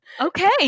Okay